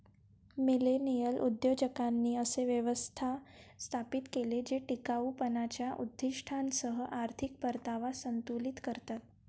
millennial उद्योजकांनी असे व्यवसाय स्थापित केले जे टिकाऊपणाच्या उद्दीष्टांसह आर्थिक परतावा संतुलित करतात